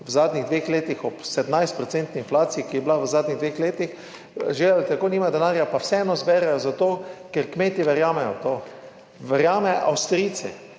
v zadnjih dveh letih ob 17-procentni inflaciji, ki je bila v zadnjih dveh letih, že tako nimajo denarja, pa vseeno zberejo za to, ker kmetje verjamejo v to. Verjamejo Avstrijci.